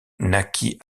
naquit